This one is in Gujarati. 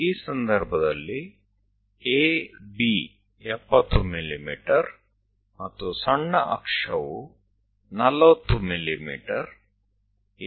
આ કિસ્સામાં AB 70 mm છે અને ગૌણ અક્ષ 40 mm છે